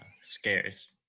scarce